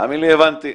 תאמין לי, הבנתי.